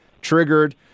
Triggered